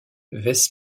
wes